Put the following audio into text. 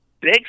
big